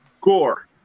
Gore